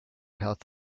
health